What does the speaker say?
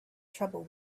trouble